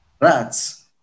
rats